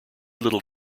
little